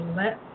let